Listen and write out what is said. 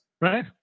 Right